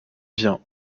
vient